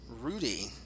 Rudy